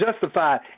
justified